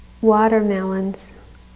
Watermelons